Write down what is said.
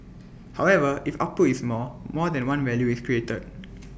however if output is more more than one value is created